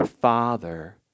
Father